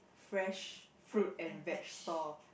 fresh fruit and veg stall